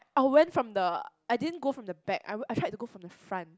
I went from the I didn't go from the back I had to go from the front